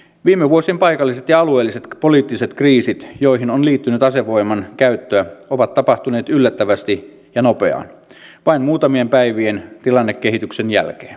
viime vuosien paikalliset ja alueelliset poliittiset kriisit joihin on liittynyt asevoiman käyttöä ovat tapahtuneet yllättävästi ja nopeaan vain muutamien päivien tilannekehityksen jälkeen